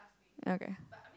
okay